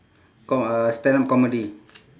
com~ uh stand up comedy